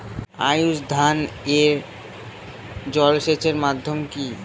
আউশ ধান এ জলসেচের মাধ্যম কি?